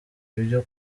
ibyo